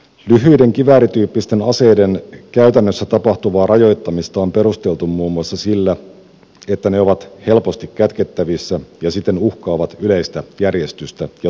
lyhyiden kiväärityyppisten aseiden käytännössä tapahtuvaa rajoittamista on perusteltu muun muassa sillä että ne ovat helposti kätkettävissä ja siten uhkaavat yleistä järjestystä ja turvallisuutta